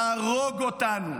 להרוג אותנו,